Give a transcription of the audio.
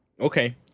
Okay